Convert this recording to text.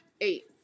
eight